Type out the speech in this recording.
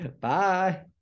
Bye